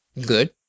good